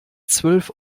zwölf